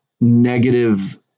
negative